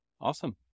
awesome